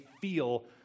feel